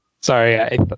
Sorry